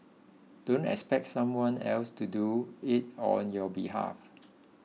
don't expect someone else to do it on your behalf